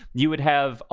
you would have. ah